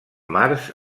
març